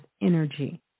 energy